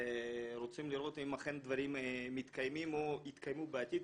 רוצים לראות האם אכן דברים מתקיימים או יתקיימו בעתיד,